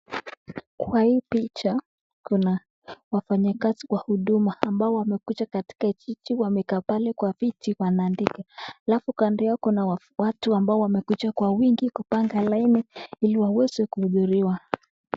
Kwa hii picha kuna wafanyakazi wa huduma ambao wamekuja katika kijiji wanaandika alafu kando yao kuna watu ambao wamekuja kwa wingi kupanga laini ili waeze kuhuduriwa.